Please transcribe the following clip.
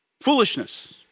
foolishness